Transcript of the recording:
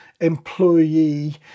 employee